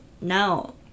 now